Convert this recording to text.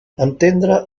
entendre